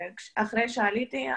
בתור מפקד וחייל בודד היום בצבא,